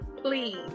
please